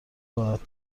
راحت